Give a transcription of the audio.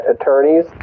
attorneys